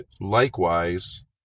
likewise